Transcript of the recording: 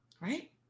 right